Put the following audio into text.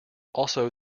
also